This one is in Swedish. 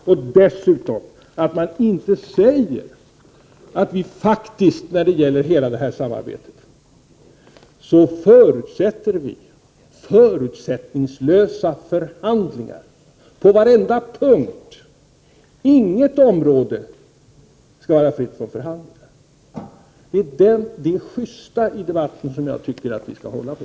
Och dessutom säger man inte att när det gäller hela det här samarbetet förutsätter vi faktiskt förutsättningslösa förhandlingar på varenda punkt. Inget område skall vara fritt från förhandlingar. Vi skall vara justa i debatten — det tycker jag att vi skall hålla på.